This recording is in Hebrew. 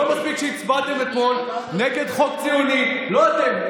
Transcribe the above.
לא מספיק שהצבעתם אתמול נגד חוק ציוני, לא אתם.